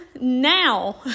now